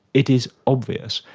it is obvious.